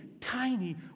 tiny